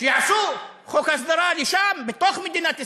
שיעשו חוק הסדרה לשם, בתוך מדינת ישראל,